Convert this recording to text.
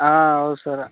ಹಾಂ ಹೌದ್ ಸರ್ರ